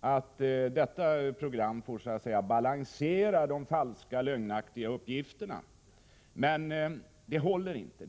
att detta program får balansera de lögnaktiga uppgifterna, men det resonemanget håller inte.